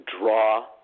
draw